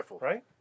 Right